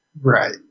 Right